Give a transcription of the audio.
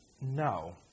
no